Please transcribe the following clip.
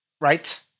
right